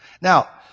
Now